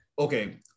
Okay